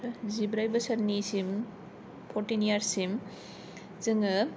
जिब्रै बोसोरनि सिम फरटिन इयारसिम जोङो